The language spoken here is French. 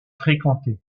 fréquenté